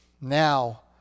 now